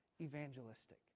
evangelistic